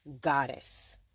goddess